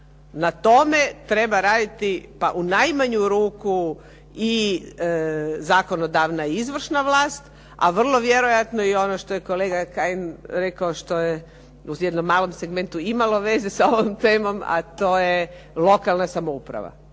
na tome treba raditi pa u najmanju ruku i zakonodavna i izvršna vlast, a vrlo vjerojatno i ono što je kolega Kajin rekao što je u jednom malom segmentu imalo veze sa ovom temom, a to je lokalna samouprava.